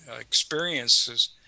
experiences